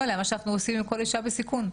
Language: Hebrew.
עליה מה שאנחנו עושים עם כל אישה בסיכון.